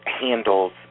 handles